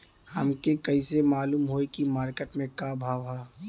हमके कइसे मालूम होई की मार्केट के का भाव ह?